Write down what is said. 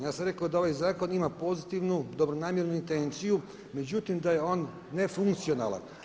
Ja sam rekao da ovaj zakon ima pozitivnu, dobronamjernu intenciju, međutim da je on nefunkcionalan.